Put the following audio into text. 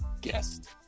guest